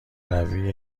روی